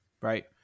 right